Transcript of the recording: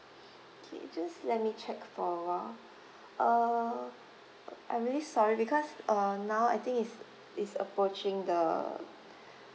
okay just let me check for awhile uh I'm really sorry because uh now I think is is approaching the